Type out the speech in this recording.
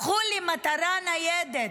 הפכו למטרה ניידת.